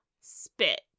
spit